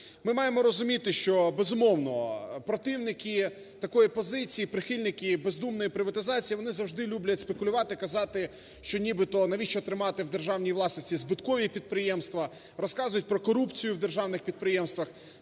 Ми маємо розуміти, що, безумовно, противники такої позиції, прихильники бездумної приватизації, вони завжди люблять спекулювати, казати, що нібито навіщо тримати в державній власності збиткові підприємства, розказують про корупцію в держаних підприємствах.